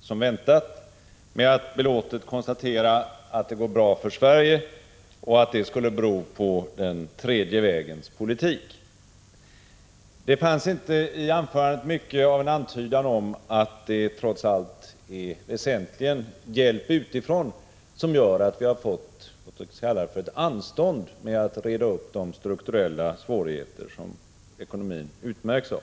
som väntat med att belåtet konstatera att det går bra för Sverige och att det skulle bero på den tredje vägens politik. Det fanns inte i anförandet något av en antydan om att det trots allt är väsentligen hjälp utifrån som gör att vi har fått, låt oss kalla det ett anstånd med att reda upp de strukturella svårigheter som ekonomin utmärks av.